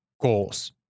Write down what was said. goals